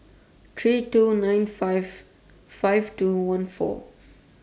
three two nine five five two four one